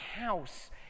house